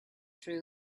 true